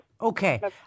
Okay